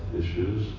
issues